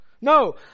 No